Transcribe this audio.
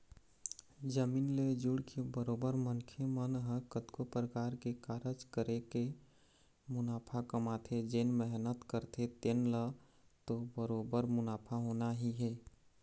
जमीन ले जुड़के बरोबर मनखे मन ह कतको परकार के कारज करके मुनाफा कमाथे जेन मेहनत करथे तेन ल तो बरोबर मुनाफा होना ही हे